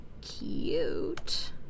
Cute